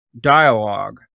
dialogue